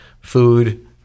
food